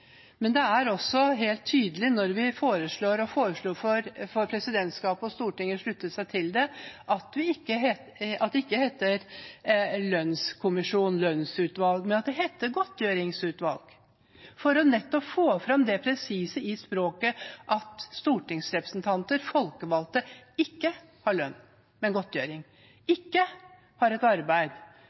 men det var også helt tydelig da vi foreslo det for presidentskapet og Stortinget sluttet seg til det, at det ikke heter lønnskommisjon eller lønnsutvalg, men at det heter godtgjøringsutvalg. Dette er nettopp for å få fram det presise i språket – at stortingsrepresentanter, folkevalgte, ikke har lønn, men godtgjøring, ikke har et arbeid,